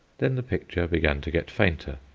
then the picture began to get fainter,